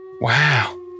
Wow